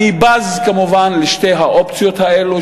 אני בז, כמובן, לשתי האופציות האלה.